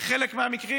ובחלק מהמקרים